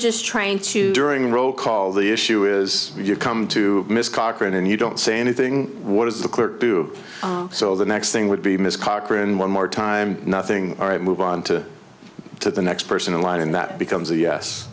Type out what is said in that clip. just trying to during roll call the issue is if you come to miss cochran and you don't see anything what does the clerk do so the next thing would be miss cochran one more time nothing all right move on to the next person in line and that becomes a yes